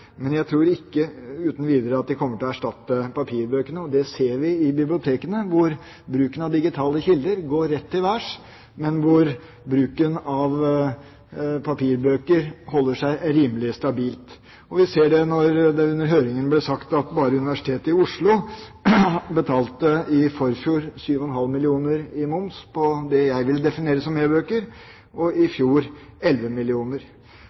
men jeg tror ikke uten videre at de kommer til å erstatte papirbøkene. Det ser vi i bibliotekene, der bruken av digitale kilder går rett til værs, mens bruken av papirbøker er rimelig stabil. Og vi ser det når det under høringen ble sagt at bare Universitetet i Oslo i forfjor betalte 7,5 mill. kr i moms på det jeg vil definere som e-bøker, og i